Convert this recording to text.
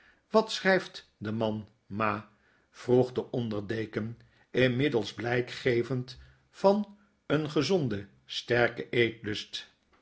wat schrijft de man ma vroeg de onderdeken inmiddels blijk gevend van een gezonden sterken eetlust